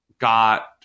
got